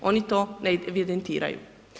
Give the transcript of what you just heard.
Oni to ne evidentiraju.